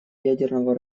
ядерного